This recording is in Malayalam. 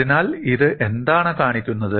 അതിനാൽ ഇത് എന്താണ് കാണിക്കുന്നത്